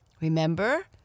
Remember